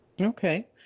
Okay